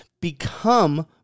become